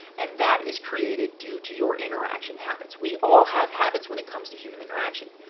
and that is created due to your interaction habits. we all have habits when it comes to human interaction.